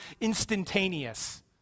instantaneous